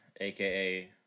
aka